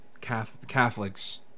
Catholics